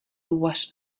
was